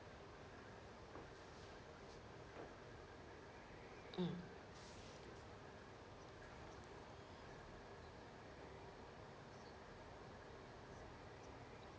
mm